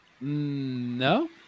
No